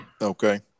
Okay